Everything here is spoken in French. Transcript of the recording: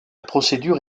procédure